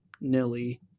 Nilly